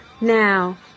Now